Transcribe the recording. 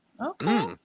okay